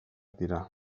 dira